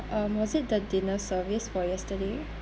um was it the dinner service for yesterday